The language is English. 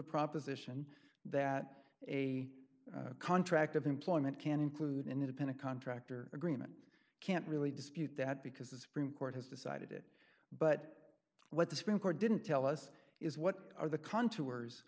proposition that a contract of employment can include an independent contractor agreement can't really dispute that because the supreme court has decided it but what the supreme court didn't tell us is what are the contours